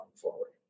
forward